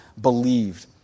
believed